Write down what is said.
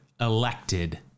elected